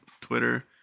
Twitter